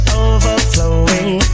overflowing